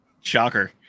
Shocker